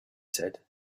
said